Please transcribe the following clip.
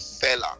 Fella